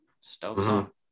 stoked